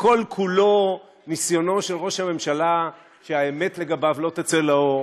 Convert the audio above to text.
וכל-כולו ניסיונות של ראש הממשלה שהאמת לגביו לא תצא לאור,